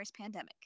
pandemic